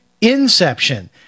Inception